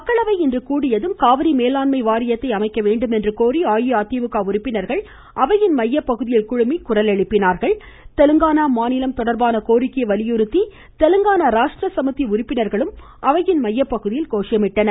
மக்களவை இன்று கூடியதும் காவிரி மேலாண்மை வாரியத்தை அமைக்க வேண்டும் என்று கோரி அஇஅதிமுக உறுப்பினர்கள் அவையின் மைய பகுதியில் குழுமி குரல் எழுப்பினார்கள் தெலுங்கானா மாநிலம் தொடர்பான கோரிக்கையை வலியுறுத்தி தெலுங்கானா ராஷ்ட்ர சமிதி உறுப்பினர்கள் அவையின் மைய பகுதியில் கோஷமிட்டனர்